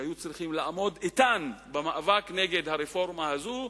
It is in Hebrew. שהיו צריכים לעמוד איתן במאבק נגד הרפורמה הזאת,